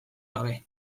gabe